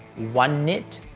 one nit,